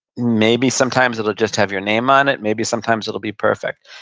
maybe sometimes it'll just have your name on it. maybe sometimes it'll be perfect.